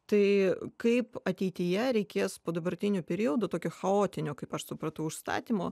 tai kaip ateityje reikės po dabartiniu periodu tokio chaotinio kaip aš supratau užstatymo